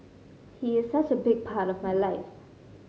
he is such a big part of my life